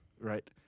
Right